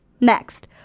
next